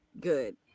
good